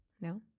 No